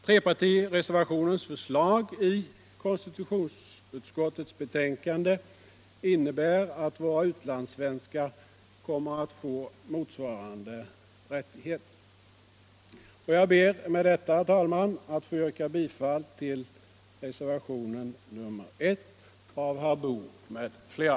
Trepartireservationens förslag innebär att våra utlandssvenskar kommer att få motsvarande rättighet. Jag ber med detta, herr talman, att få yrka bifall till reservationen 1 av herr Boo m.fl.